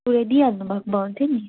पुराइ दिइहाल्नु भएको भए हुन्थ्यो नि